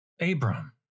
Abram